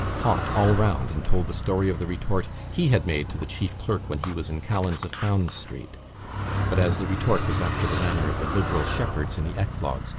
hot, all round and told the story of the retort he had made to the chief clerk when he was in callan's of fownes's street but, as the retort was after the manner of the liberal shepherds in the eclogues,